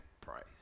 price